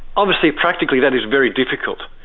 obviously practically that is very difficult,